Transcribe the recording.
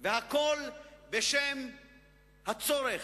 והכול בשם הצורך,